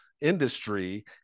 industry